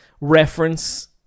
Reference